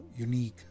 unique